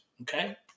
okay